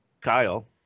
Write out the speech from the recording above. Kyle